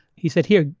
he said here,